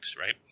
right